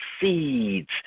seeds